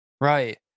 Right